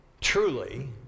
truly